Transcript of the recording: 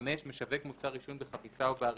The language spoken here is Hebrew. (5)משווק מוצר עישון בחפיסה או באריזה,